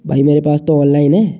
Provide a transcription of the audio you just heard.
भाई मेरे पास तो ऑनलाइन है